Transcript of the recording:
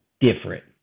different